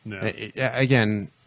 Again